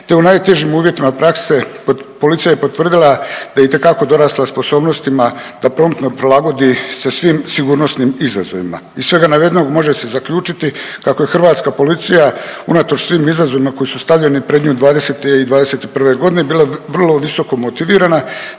te u najtežim uvjetima prakse policija je potvrdila da je itekako dorasla sposobnostima da promptno prilagodi se svim sigurnosnim izazovima. Iz svega navedenog može se zaključiti kako je hrvatska policija unatoč svim izazovima koji su stavljeni pred nju '20. i '21. godine bila vrlo visoko motivirana